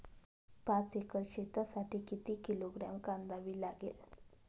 पाच एकर शेतासाठी किती किलोग्रॅम कांदा बी लागेल?